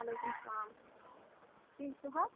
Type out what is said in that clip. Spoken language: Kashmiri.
وَعلیکُم سَلام ٹھیٖک چھِو حظ